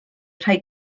rhai